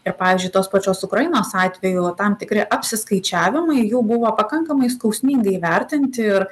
ir pavyzdžiui tos pačios ukrainos atveju tam tikri apsiskaičiavimai jų buvo pakankamai skausmingai įvertinti ir